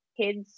kids